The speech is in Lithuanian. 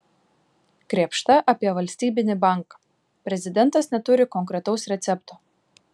krėpšta apie valstybinį banką prezidentas neturi konkretaus recepto